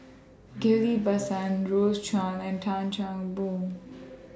Ghillie BaSan Rose Chan and Tan Chan Boon